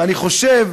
ואני חושב